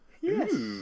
Yes